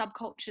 subcultures